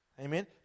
Amen